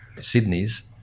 Sydney's